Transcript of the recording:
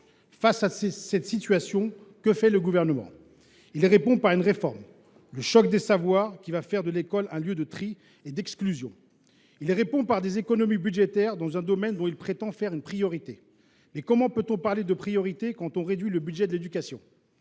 Face à cette situation, que fait le Gouvernement ? Il y répond par une réforme, le « choc des savoirs », qui va faire de l’école un lieu de tri et d’exclusion, et des économies budgétaires, dans un domaine dont il prétend faire une priorité. Comment peut on parler de priorité quand on réduit le budget de l’éducation